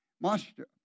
Master